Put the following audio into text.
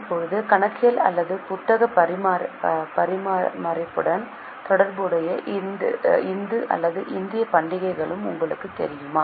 இப்போது கணக்கியல் அல்லது புத்தக பராமரிப்புடன் தொடர்புடைய இந்து அல்லது இந்திய பண்டிகையும் உங்களுக்குத் தெரியுமா